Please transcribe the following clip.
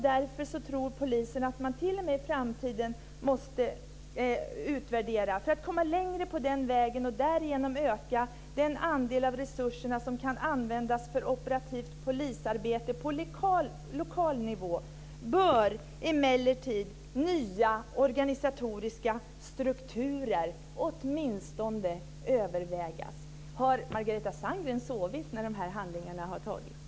Därför tror polisen att man måste utvärdera i framtiden. För att komma längre på den vägen och därigenom öka den andel av resurserna som kan användas för operativt polisarbete på lokal nivå bör emellertid nya organisatoriska strukturer åtminstone övervägas. Har Margareta Sandgren sovit när de här handlingarna har antagits?